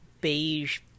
beige